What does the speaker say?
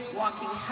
walking